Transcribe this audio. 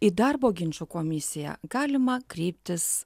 į darbo ginčų komisiją galima kreiptis